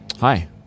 Hi